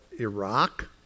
Iraq